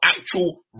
actual